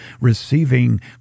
receiving